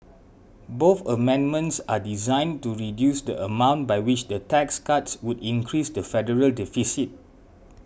both amendments are designed to reduce the amount by which the tax cuts would increase the federal deficit